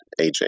AJ